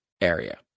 area